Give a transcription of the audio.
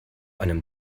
einem